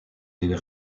les